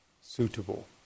suitable